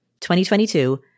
2022